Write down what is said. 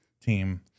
team